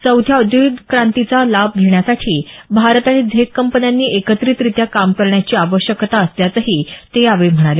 चौथ्या औद्योगिक क्रांतीचा लाभ घेण्यासाठी भारत आणि झेक कंपन्यांनी एकत्रितरित्या काम करण्याची आवश्यकता असल्याचंही ते यावेळी म्हणाले